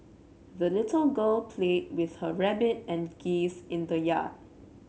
the little girl played with her rabbit and geese in the yard